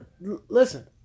Listen